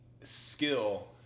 skill